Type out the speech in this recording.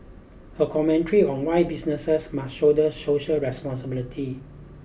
a commentary on why businesses must shoulder social responsibility